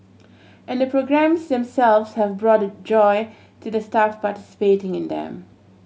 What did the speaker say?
and the programmes themselves have brought joy to the staff participating in them